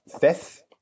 fifth